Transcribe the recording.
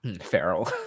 Feral